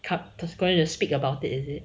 cup the square 有 speak about it is it